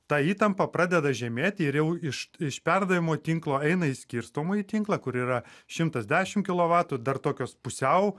ta įtampa pradeda žemėt ir jau iš iš perdavimo tinklo eina į skirstomąjį tinklą kur yra šimtas dešim kilovatų dar tokios pusiau